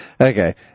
Okay